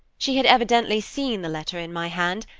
she had evidently seen the letter in my hand,